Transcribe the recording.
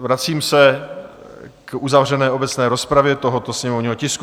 Vracím se k uzavřené obecné rozpravě tohoto sněmovního tisku.